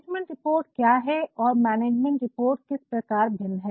अब management report प्रबंधन report क्या है और मैनेजमेंट रिपोर्ट किस प्रकार भिन्न है